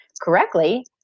correctly